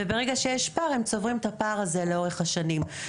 וברגע שיש פער הם צוברים את הפער הזה לאורך השנים.